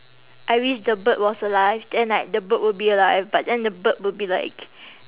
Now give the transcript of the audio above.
I wish the bird was alive then like the bird will be alive but then the bird will be like